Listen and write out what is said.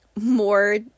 more